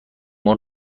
مرغ